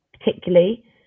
particularly